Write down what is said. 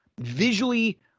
visually